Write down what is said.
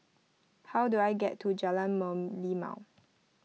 how do I get to Jalan Merlimau